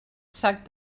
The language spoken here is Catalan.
sac